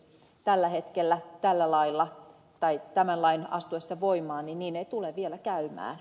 tällä hetkellä tällä lailla tai tämän lain astuessa voimaan niin ei tule vielä käymään